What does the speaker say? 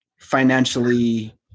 financially